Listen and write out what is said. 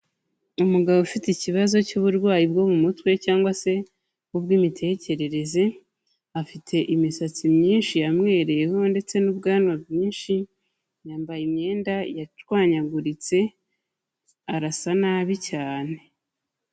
Umugabo ufite ikibazo cy'uburwayi bwo mu mutwe cyangwa se ubw'imitekerereze, afite imisatsi myinshi yaywereyeho ndetse n'ubwanwa bwinshi, yambaye imyenda yashwanyaguritse arasa nabi cyane.